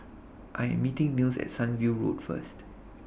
I Am meeting Mills At Sunview Road First